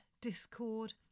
discord